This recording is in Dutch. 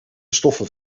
stoffen